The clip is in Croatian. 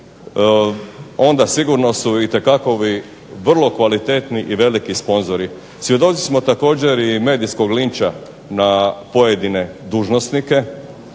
onda sigurno su itekakovi vrlo veliki i kvalitetni sponzori. Svjedoci smo također i medijskog linča na pojedine dužnosnike